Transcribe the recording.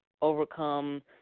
overcome